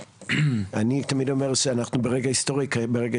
אני תמיד אומר שאנחנו ברגע היסטורי ברגע